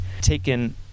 taken